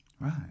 Right